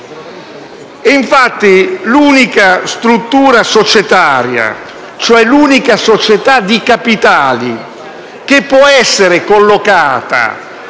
Infatti, l'unica struttura societaria, l'unica società di capitali che può essere collocata